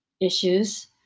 issues